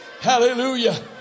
Hallelujah